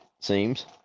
seems